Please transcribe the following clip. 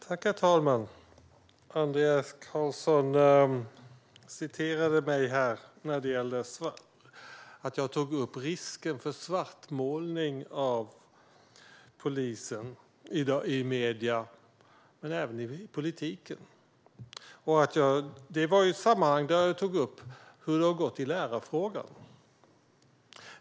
Herr talman! Andreas Carlson hänvisade till att jag tog upp risken för svartmålning av polisen i medier och i politiken. Det var i ett sammanhang där jag tog upp hur det har gått i lärarfrågan.